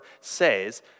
says